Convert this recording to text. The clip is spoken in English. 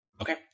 Okay